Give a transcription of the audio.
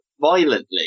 violently